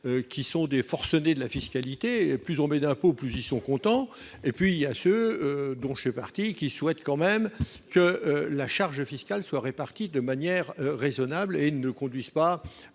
enceinte des forcenés de la fiscalité- plus on crée d'impôts, plus ils sont contents -et d'autres, dont je fais partie, qui souhaitent que la charge fiscale soit répartie de manière raisonnable et ne conduise pas